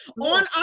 on